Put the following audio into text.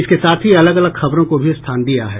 इसके साथ ही अलग अलग खबरों को भी स्थान दिया है